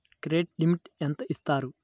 Credit limit ఎంత ఇస్తారు?